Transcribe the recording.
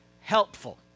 helpful